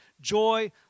Joy